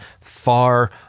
far